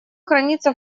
хранится